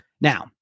Now